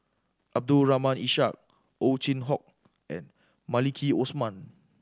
Abdul Rahim Ishak Ow Chin Hock and Maliki Osman